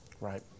Right